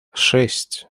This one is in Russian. шесть